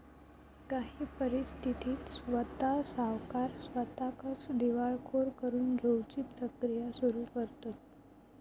काही परिस्थितीत स्वता सावकार स्वताकच दिवाळखोर करून घेउची प्रक्रिया सुरू करतंत